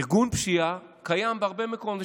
ארגון פשיעה קיים בהרבה מקומות.